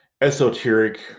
esoteric